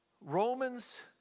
Romans